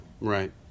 right